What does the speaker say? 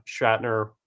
Shatner